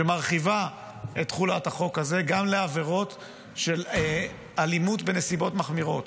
שמרחיבה את תחולת החוק הזה גם לעבירות של אלימות בנסיבות מחמירות.